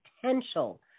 potential